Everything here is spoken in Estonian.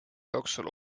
jooksul